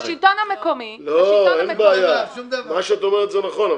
שהשלטון המקומי --- מה שאת אומרת זה נכון,